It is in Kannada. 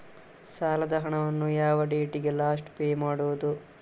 ಸಾಲದ ಹಣವನ್ನು ಯಾವ ಡೇಟಿಗೆ ಲಾಸ್ಟ್ ಪೇ ಮಾಡುವುದು?